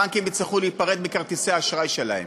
הבנקים יצטרכו להיפרד מכרטיסי האשראי שלהם,